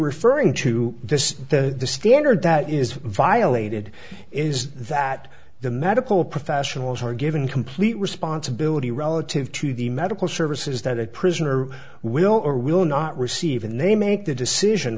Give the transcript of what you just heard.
referring to this the standard that is violated is that the medical professionals are given complete responsibility relative to the medical services that a prisoner will or will not receive and they make the decision